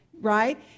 right